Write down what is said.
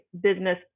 business